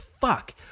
Fuck